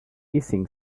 hissing